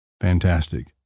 fantastic